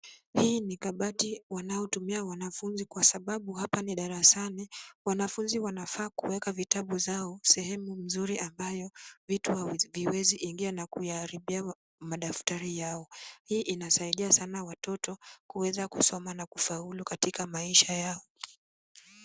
Hii ni kabati wanaotumia wanafunzi kwa sababu hapa ni darasani. Wanafunzi wanafaa kuweka vitabu zao sehemu nzuri ambayo vitu haviwezi kuingia na kuyaharibia madaftari yao. hii inasaidia sana watoto kuweza kusoma na kufaulu katika maisha yao.